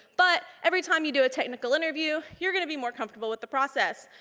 but every time you do a technical interview, you're gonna be more comfortable with the process.